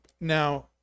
Now